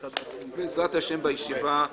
אז בעזרת השם בישיבה הבאה.